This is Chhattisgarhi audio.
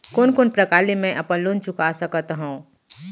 कोन कोन प्रकार ले मैं अपन लोन चुका सकत हँव?